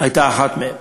הייתה אחת מהן.